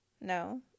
No